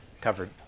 covered